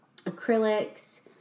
acrylics